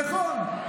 נכון,